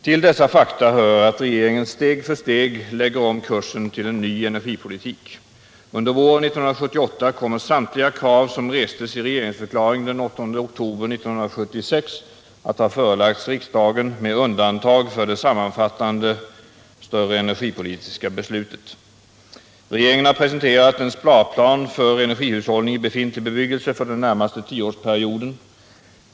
Till dessa fakta hör att regeringen steg för steg lägger om kursen till en ny energipolitik. Under våren 1978 kommer samtliga krav som restes i regeringsförklaringen den 8 oktober 1976 att ha förelagts riskdagen med undantag för det sammanfattande energipolitiska beslutet. Regeringen har presenterat en sparplan för energihushållning i befintlig bebyggelse för den närmaste tioårsperioden.